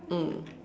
mm